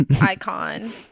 icon